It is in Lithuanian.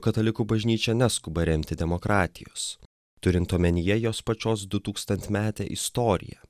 katalikų bažnyčia neskuba remti demokratijos turint omenyje jos pačios dutūkstantmetę istoriją